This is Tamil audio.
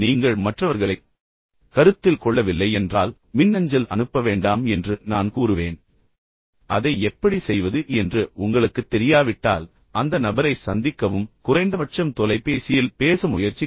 நீங்கள் மற்றவர்களைக் கருத்தில் கொள்ளவில்லை என்றால் மின்னஞ்சல் அனுப்ப வேண்டாம் என்று நான் கூறுவேன் அதை எப்படி செய்வது என்று உங்களுக்குத் தெரியாவிட்டால் சென்று அந்த நபரை சந்திக்கவும் அல்லது குறைந்தபட்சம் தொலைபேசியில் பேச முயற்சிக்கவும்